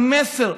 עם מסר,